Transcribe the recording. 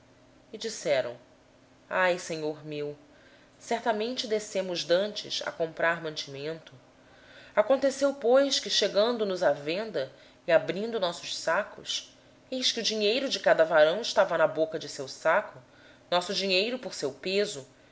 e disseram ai senhor meu na verdade descemos dantes a comprar mantimento e quando chegamos à estalagem abrimos os nossos sacos e eis que o dinheiro de cada um estava na boca do seu saco nosso dinheiro por seu peso